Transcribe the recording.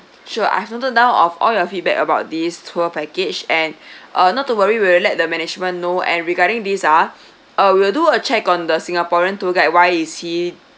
sure I've noted down of all your feedback about this tour package and uh not to worry we will let the management know and regarding these ah uh I will do a check on the singaporean tour guide why is he